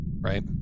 right